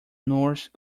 norse